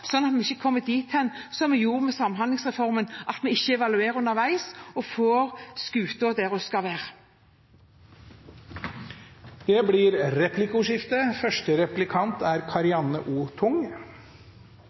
vi ikke kommer dit hen som vi gjorde med Samhandlingsreformen, at vi ikke evaluerer underveis og får skuta der den skal være. Det blir replikkordskifte. Det er